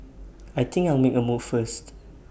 I think I'll make A move first